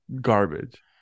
garbage